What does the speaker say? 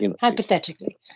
hypothetically